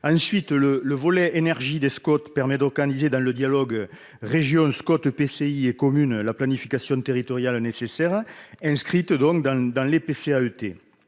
Ensuite, le volet « énergie » des Scot permet d'organiser, dans le dialogue entre la région, les EPCI et les communes, la planification territoriale nécessaire, inscrite dans les PCAET.